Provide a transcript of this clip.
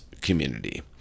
community